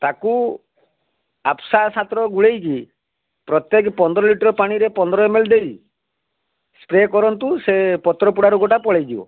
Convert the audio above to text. ତାକୁ ଆପସା ସାଥିର ଗୋଳେଇକି ପ୍ରତ୍ୟେକ ପନ୍ଦର ଲିଟର୍ ପାଣିରେ ପନ୍ଦର ଏମ୍ ଏଲ୍ ଦେଇ ସ୍ପ୍ରେ କରନ୍ତୁ ସେ ପତ୍ରପୋଡ଼ା ରୋଗଟା ପଳେଇଯିବ